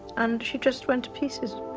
and she just went to pieces,